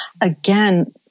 again